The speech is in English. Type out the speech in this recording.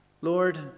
Lord